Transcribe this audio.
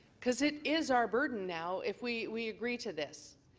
because it is our burden now if we we agree to this.